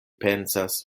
pensas